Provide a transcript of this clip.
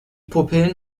pupillen